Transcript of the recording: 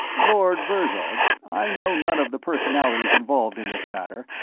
lord virzal, i know none of the personalities involved in this matter,